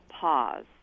pause